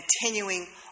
continuing